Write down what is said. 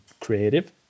creative